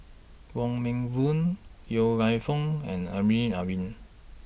Wong Meng Voon Yong Lew Foong and Amrin Amin